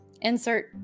Insert